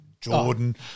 Jordan